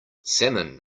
salmon